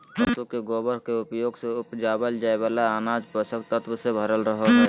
पशु के गोबर के उपयोग से उपजावल जाय वाला अनाज पोषक तत्वों से भरल रहो हय